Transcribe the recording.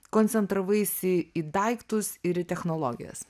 koncentravaisi į daiktus ir į technologijas